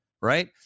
right